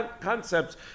concepts